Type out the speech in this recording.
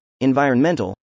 environmental